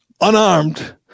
unarmed